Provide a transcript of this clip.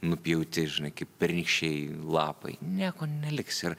nupjauti žinai kaip pernykščiai lapai nieko neliks ir